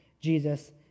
Jesus